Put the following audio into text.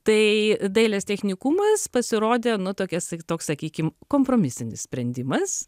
tai dailės technikumas pasirodė nu tokias toks sakykim kompromisinis sprendimas